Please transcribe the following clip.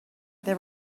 there